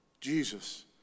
Jesus